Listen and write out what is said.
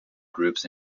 groups